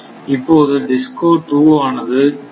இப்போது DISCO 2 ஆனது 0